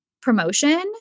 promotion